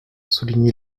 souligner